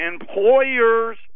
Employers